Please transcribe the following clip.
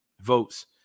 votes